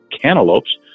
cantaloupes